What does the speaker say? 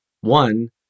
one